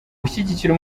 gushyigikira